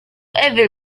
evil